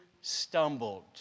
stumbled